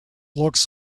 looks